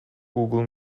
google